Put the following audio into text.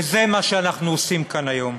וזה מה שאנחנו עושים כיום.